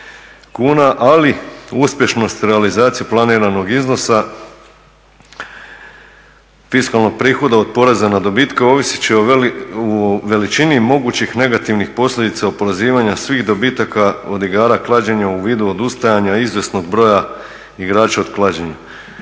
ali uspješnost realizacije planiranog iznosa fiskalnog prihoda od poreza na dobitke ovisit će o veličini mogućih negativnih posljedica oporezivanja svih dobitaka od igara klađenja u vidu odustajanja izvjesnog broja igrača od klađenja.